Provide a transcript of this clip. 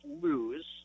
lose